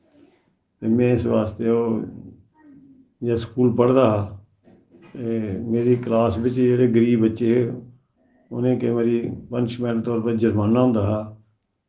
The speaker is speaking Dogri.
ते में इस आस्तै ओ जिस स्कूल पढ़दा हा ते मेरी क्लास बिच्च जेह्के गरीब बच्चे हे उनें ई केईं बारी पनिशमैंट दे तौर पर जुर्माना होंदा हा